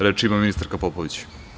Reč ima ministarka Popović.